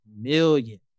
million